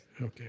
Okay